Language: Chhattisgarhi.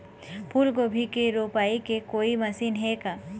फूलगोभी के रोपाई के कोई मशीन हे का?